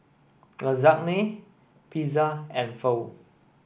Lasagne Pizza and Pho